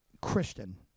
Christian